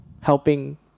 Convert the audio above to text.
helping